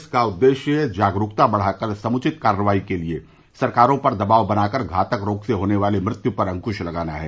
इसका उद्देश्य जागरूकता बढ़ाकर समुचित कारवाई के लिए सरकारों पर दबाव बनाकर घातक रोग से होने वाली मृत्यु पर अंकुश लगाना है